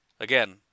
again